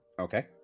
okay